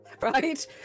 Right